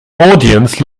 audience